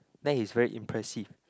then he's very impressive